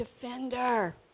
defender